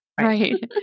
Right